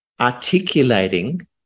articulating